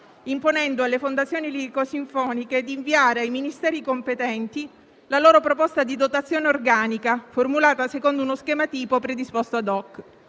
imponendo alle fondazioni lirico-sinfoniche di inviare ai Ministeri competenti la loro proposta di dotazione organica formulata secondo uno schema tipo predisposto *ad hoc.*